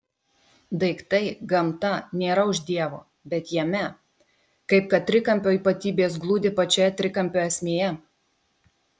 daiktai gamta nėra už dievo bet jame kaip kad trikampio ypatybės glūdi pačioje trikampio esmėje